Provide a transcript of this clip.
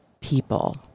people